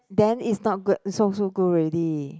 then it's not good so so good already